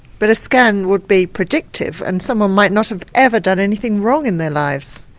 but a scan would be predictive and someone might not have ever done anything wrong in their lives.